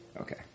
Okay